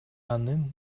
анын